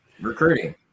Recruiting